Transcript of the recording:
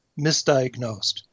misdiagnosed